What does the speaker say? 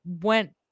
went